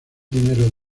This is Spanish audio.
dinero